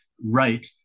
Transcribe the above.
right